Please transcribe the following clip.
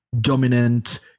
dominant